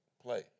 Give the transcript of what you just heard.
play